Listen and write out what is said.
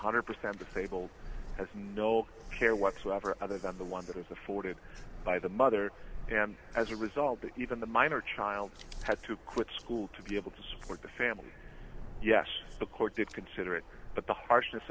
hundred percent disabled has no care whatsoever other than the one that has the forwarded by the mother and as a result even the minor child had to quit school to be able to support the family yes the court did consider it but the harshness